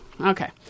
Okay